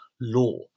law